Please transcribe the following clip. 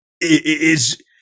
is-